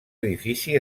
edifici